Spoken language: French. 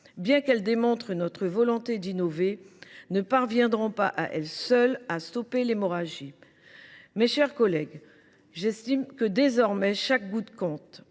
bien qu’elles démontrent notre volonté d’innover, ne parviendront pas à elles seules à stopper l’hémorragie. Mes chers collègues, j’estime que désormais chaque goutte compte.